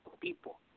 people